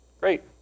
Great